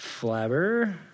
Flabber